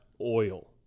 oil